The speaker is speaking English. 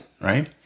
right